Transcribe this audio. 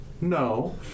No